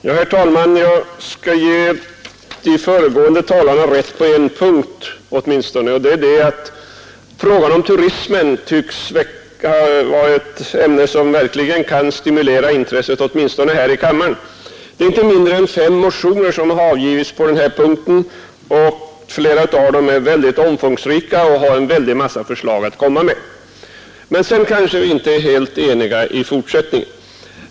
Herr talman! Jag skall ge de föregående talarna rätt på åtminstone en punkt: turismen tycks vara ett ämne som verkligen kan stimulera intresset här i kammaren. Inte mindre än fem motioner har avgivits på den här punkten. Flera av dem är väldigt omfångsrika och har en massa förslag att komma med. Men i fortsättningen är vi kanske inte helt eniga.